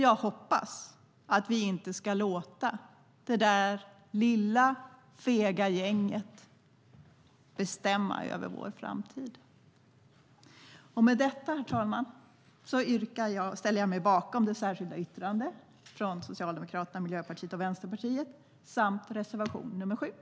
Jag hoppas att vi inte ska låta det där lilla, fega gänget bestämma över vår framtid.